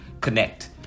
connect